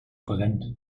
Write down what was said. brennt